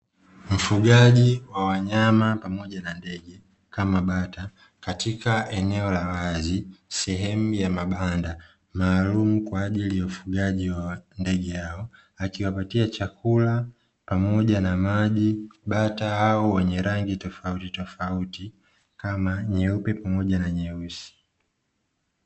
Mkulima wa wanyama pamoja na ndege kama bata katika eneo la wazi sehemu ya mabanda maalum kwa ajili ya ufugaji wa ndege hao, akiwapatia chakula pamoja na maji bata au wenye rangi tofauti tofauti kama nyeupe pamoja na nyeusi.